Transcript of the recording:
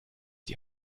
die